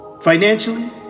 financially